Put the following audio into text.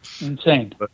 Insane